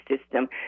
system